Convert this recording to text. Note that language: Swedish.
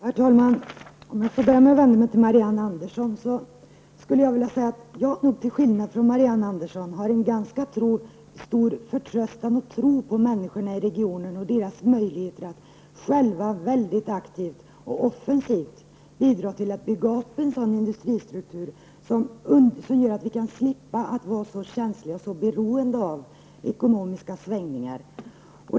Herr talman! Jag vill först till Marianne Andersson i Vårgårda säga att jag till skillnad från henne har en stor förtröstan och tilltro till människorna i regionen och deras möjligheter att själva mycket aktivt och offensivt bidra till att bygga upp en industristruktur som gör oss mindre beroende av ekonomiska svängningar.